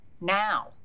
Now